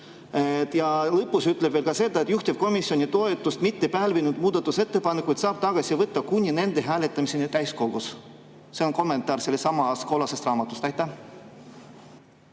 lõpus on öeldud veel nii: "Juhtivkomisjoni toetust mittepälvinud muudatusettepanekuid saab tagasi võtta kuni nende hääletamiseni täiskogus." See on kommentaar sellestsamast kollasest raamatust. Aitäh,